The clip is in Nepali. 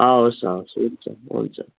हवस् हवस् हुन्छ हुन्छ